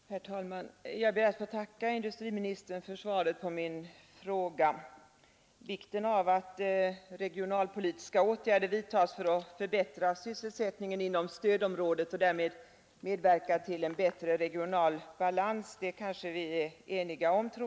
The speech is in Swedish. Herr talman! Jag ber att få tacka industriministern för svaret på min fråga. Vi torde vara eniga om vikten av att regionalpolitiska åtgärder vidtas för att förbättra sysselsättningen inom stödområdet och medverka till en bättre regional balans.